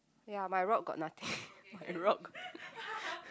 ya my rock got nothing my rock